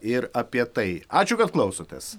ir apie tai ačiū kad klausotės